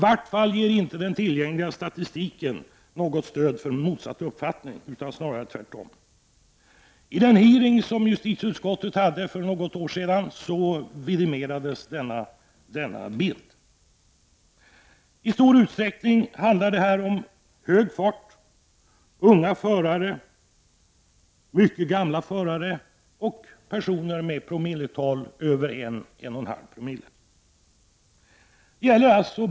Den tillgängliga statistiken ger i varje fall inte något stöd för en motsatt uppfattning, snarare tvärtom. Vid den hearing som justitieutskottet hade för något år sedan vidimerades denna bild. I stor utsträckning handlar det däremot om hög fart, unga förare, mycket gamla förare och personer med promilletal över 1,0—1,5 Zo.